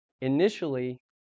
Initially